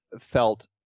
felt